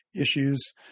Issues